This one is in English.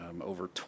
over